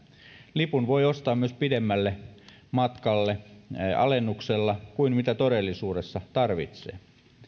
lipun voi ostaa alennuksella myös pidemmälle matkalle kuin todellisuudessa tarvitsee